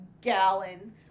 gallons